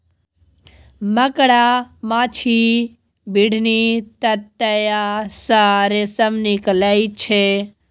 मकड़ा, माछी, बिढ़नी, ततैया सँ रेशम निकलइ छै